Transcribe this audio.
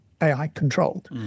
AI-controlled